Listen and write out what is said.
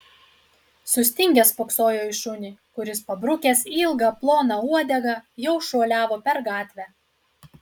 sustingęs spoksojo į šunį kuris pabrukęs ilgą ploną uodegą jau šuoliavo per gatvę